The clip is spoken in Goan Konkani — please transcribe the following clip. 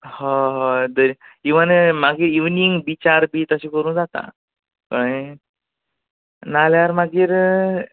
हय इव्हन मागीर इवनींग बिचार बी तशें करूं जाता कळ्ळें न्ही ना जाल्यार मागीर